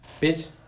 bitch